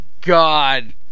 God